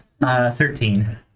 Thirteen